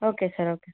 okay sir okay sir